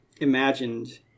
imagined